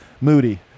Moody